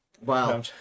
Wow